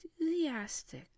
enthusiastic